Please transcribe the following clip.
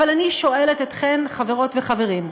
אבל אני שואלת אתכן, חברות וחברים: